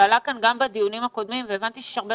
נושא שעלה גם בדיונים הקודמים והבנתי שיש הרבה